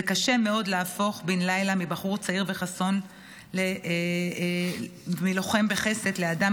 קשה מאוד להפוך בן לילה מבחור צעיר וחסון ולוחם בחסד לאדם